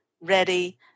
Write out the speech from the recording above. ready